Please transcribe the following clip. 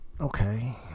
okay